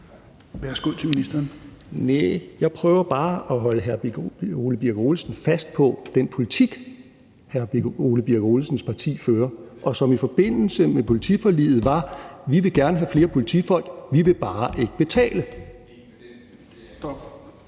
Justitsministeren (Nick Hækkerup): Jeg prøver bare at holde hr. Ole Birk Olesen fast på den politik, hr. Ole Birk Olesens parti fører, og som i forbindelse med politiforliget var: Vi vil gerne have flere politifolk; vi vil bare ikke betale. Kl.